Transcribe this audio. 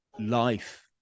life